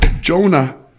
Jonah